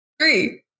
Three